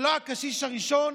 זה לא הקשיש הראשון,